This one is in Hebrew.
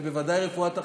ובוודאי רפואת החירום,